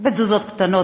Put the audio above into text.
בתזוזות קטנות,